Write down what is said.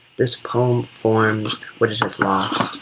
this poem forms what it so ah